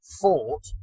fought